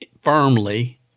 firmly